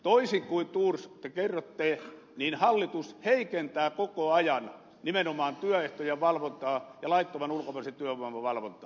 toisin kuin te ministeri thors kerrotte hallitus heikentää koko ajan nimenomaan työehtojen ja laittoman ulkomaisen työvoiman valvontaa